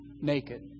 naked